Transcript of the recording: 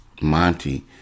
Monty